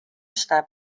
está